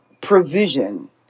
provision